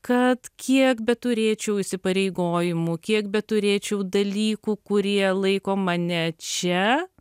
kad kiek beturėčiau įsipareigojimų kiek beturėčiau dalykų kurie laiko mane čia